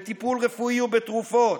בטיפול רפואי ובתרופות,